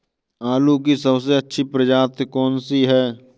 आलू की सबसे अच्छी प्रजाति कौन सी है?